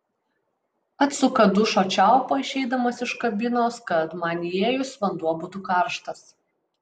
atsuka dušo čiaupą išeidamas iš kabinos kad man įėjus vanduo būtų karštas